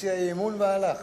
הציע אי-אמון והלך.